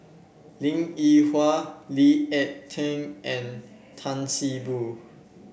Linn In Hua Lee Ek Tieng and Tan See Boo